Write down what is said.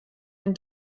ein